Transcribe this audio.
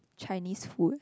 Chinese food